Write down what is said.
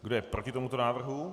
Kdo je proti tomuto návrhu?